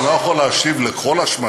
אבל אני לא יכול להשיב על כל השמצה,